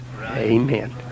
amen